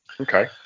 Okay